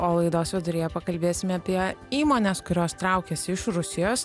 o laidos viduryje pakalbėsime apie įmones kurios traukiasi iš rusijos